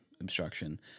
obstruction